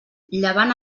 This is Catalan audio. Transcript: llevant